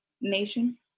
nation